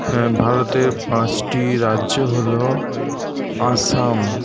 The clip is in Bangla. হ্যাঁ ভারতের পাঁচটি রাজ্য হল আসাম